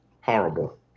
horrible